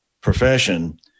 profession